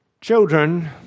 Children